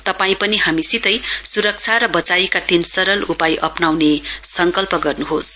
तपाई पनि हामीसितै सुरक्षा र वचाइका तीन सरल उपाय अप्नाउने संकल्प गर्नुहोस